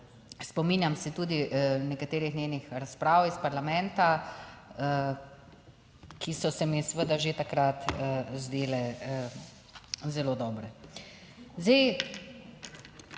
Spominjam se tudi nekaterih njenih razprav iz parlamenta, ki so se mi seveda že takrat zdele zelo dobre.